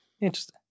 Interesting